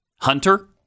Hunter